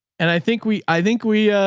and i think we, i think we,